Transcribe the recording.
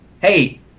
hey